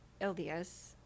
LDS